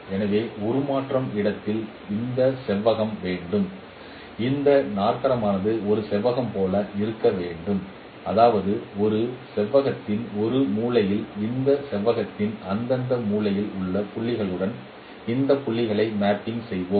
எனவே உருமாறும் இடத்தில் இந்த செவ்வகம் வேண்டும் இந்த நாற்கரமானது ஒரு செவ்வகம் போல இருக்க வேண்டும் அதாவது இந்த செவ்வகங்களின் ஒரு மூலையில் இந்த செவ்வகங்களின் அந்தந்த மூலையில் உள்ள புள்ளிகளுடன் இந்த புள்ளிகளை மேப்பிங் செய்வோம்